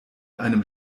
einem